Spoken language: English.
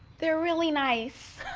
they're really nice.